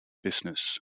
business